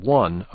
one